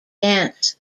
dance